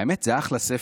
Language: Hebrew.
האמת, זה אחלה ספר,